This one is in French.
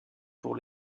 pour